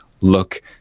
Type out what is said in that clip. look